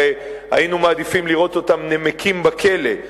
הרי היינו מעדיפים לראות אותם נמקים בכלא,